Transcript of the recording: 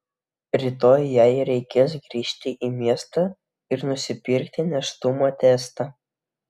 rytoj jai reikės grįžti į miestą ir nusipirkti nėštumo testą